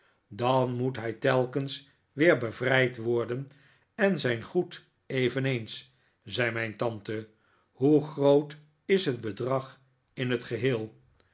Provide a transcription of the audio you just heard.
dan moet hij telkens weer bevrijd worden en zijn goed eveneens zei mijn tante hoe groot is het bedrag in net geheel